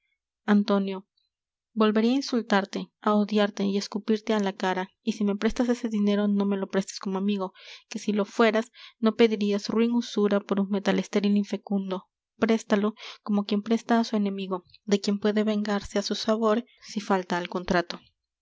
antonio volveré á insultarte á odiarte y á escupirte á la cara y si me prestas ese dinero no me lo prestes como amigo que si lo fueras no pedirias ruin usura por un metal estéril é infecundo préstalo como quien presta á su enemigo de quien puede vengarse á su sabor si falta al contrato